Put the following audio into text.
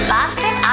Boston